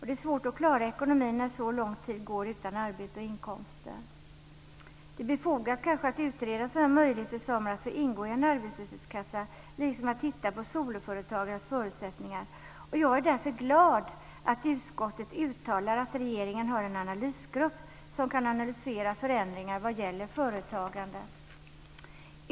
Det är svårt att klara ekonomin när så lång tid går utan arbete och inkomster. Det är befogat att utreda en möjlighet för samer att ingå i en arbetslöshetskassa liksom att titta på soloföretagarnas förutsättningar. Jag är därför glad att utskottet uttalar att regeringen har en analysgrupp som kan analysera förändringar vad gäller företagande.